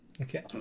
Okay